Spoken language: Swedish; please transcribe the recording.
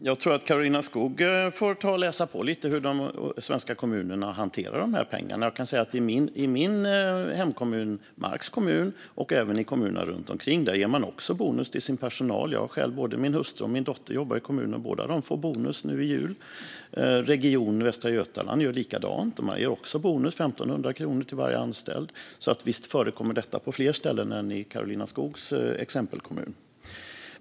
Fru talman! Jag tror att Karolina Skog får ta och läsa på lite när det gäller hur de svenska kommunerna hanterar de här pengarna. Jag kan säga att i min hemkommun, Marks kommun, och även i kommunerna runt omkring ger man bonus till sin personal. Både min hustru och min dotter jobbar i kommunen, och de får båda bonus nu i jul. Region Västra Götaland gör likadant; man ger bonus med 1 500 kronor till varje anställd. Så visst förekommer detta på fler ställen än i Karolina Skogs exempelkommun.